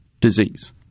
disease